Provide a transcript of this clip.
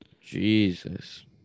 Jesus